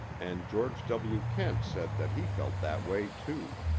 and george w. kent said that he felt that way, too.